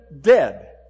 dead